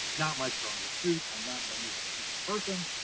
not my strongest suit, i'm not known as a patient person.